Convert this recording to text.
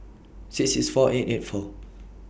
six six four eight eight four